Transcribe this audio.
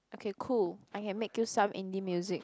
okay cool I can make you some indie music